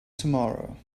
tomorrow